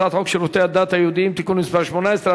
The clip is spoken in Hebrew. הצעת חוק שירותי הדת היהודיים (תיקון מס' 18),